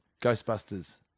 Ghostbusters